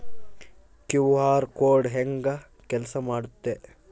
QR code ಹೆಂಗ ಕೆಲಸ ಮಾಡುತ್ತೆ?